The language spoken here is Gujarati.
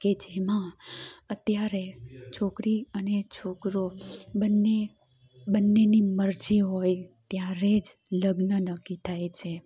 કે જેમાં અત્યારે છોકરી અને છોકરો બંને બંનેની મરજી હોય ત્યારે જ લગ્ન નક્કી થાય છે